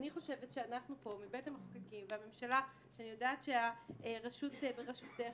אני חושבת שאנחנו פה בבית המחוקקים והממשלה שאני יודעת שהרשות בראשותך,